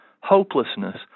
hopelessness